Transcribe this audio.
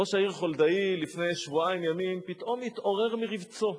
ראש העיר חולדאי לפני שבועיים ימים פתאום התעורר מרבצו.